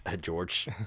George